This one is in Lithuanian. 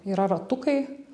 yra ratukai